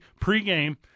pregame